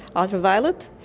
ultraviolet.